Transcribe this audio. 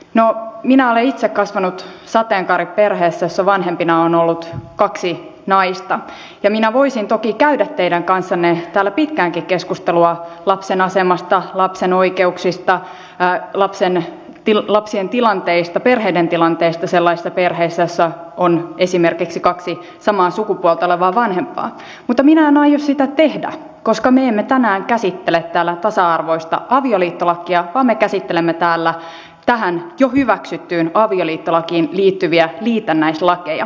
no minä olen itse kasvanut sateenkaariperheessä jossa vanhempina on ollut kaksi naista ja minä voisin toki käydä teidän kanssanne täällä pitkäänkin keskustelua lapsen asemasta lapsen oikeuksista lasten tilanteista perheiden tilanteista sellaisissa perheissä joissa on esimerkiksi kaksi samaa sukupuolta olevaa vanhempaa mutta minä en aio sitä tehdä koska me emme tänään käsittele täällä tasa arvoista avioliittolakia vaan me käsittelemme täällä tähän jo hyväksyttyyn avioliittolakiin liittyviä liitännäislakeja